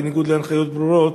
בניגוד להנחיות ברורות